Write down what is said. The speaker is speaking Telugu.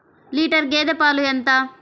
లీటర్ గేదె పాలు ఎంత?